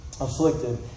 afflicted